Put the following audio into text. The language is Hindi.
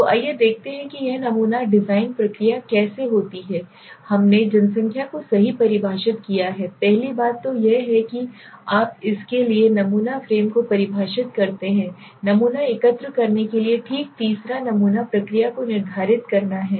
तो आइए देखते हैं कि यह नमूना डिजाइन प्रक्रिया कैसे होती है हमने जनसंख्या को सही परिभाषित किया है पहली बात तो यह है कि आप इसके लिए नमूना फ्रेम को परिभाषित करते हैं नमूना एकत्र करने के लिए ठीक तीसरा नमूना प्रक्रिया को निर्धारित करना है